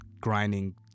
grinding